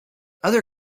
other